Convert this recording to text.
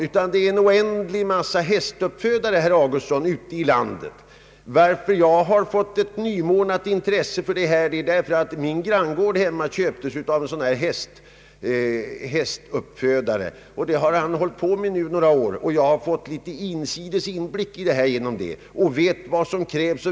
Det finns en oändlig massa hästuppfödare, herr Augustsson, ute i landet. Att jag har fått ett nymornat intresse för denna fråga beror på att min granngård köptes av en hästuppfödare. Han har nu hållit på med denna verksamhet några år, och jag har därigenom fått litet inblick och vet något om vad som behövs.